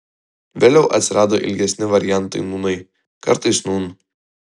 vėliau atsirado ilgesni variantai nūnai kartais nūn